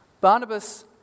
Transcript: Barnabas